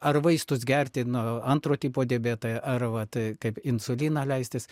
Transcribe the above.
ar vaistus gerti nuo antro tipo diabeto ar vat kaip insuliną leistis